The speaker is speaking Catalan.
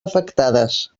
afectades